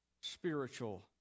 spiritual